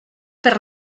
per